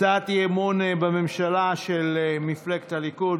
הצעת אי-אמון בממשלה של מפלגת הליכוד,